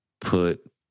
put